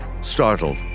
startled